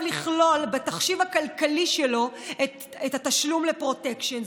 לכלול בתחשיב הכלכלי שלו את התשלום לפרוטקשן.